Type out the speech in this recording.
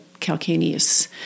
calcaneus